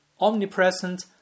omnipresent